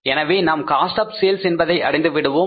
எனவே நாம் cost of sales என்பதை அடைந்துவிடுவோம்